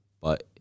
But-